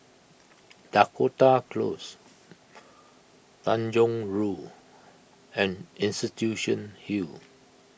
Dakota Close Tanjong Rhu and Institution Hill